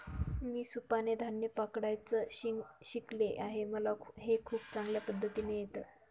मी सुपाने धान्य पकडायचं शिकले आहे मला हे खूप चांगल्या पद्धतीने येत